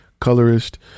colorist